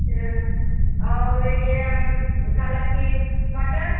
अच्छा और ये काला की मटर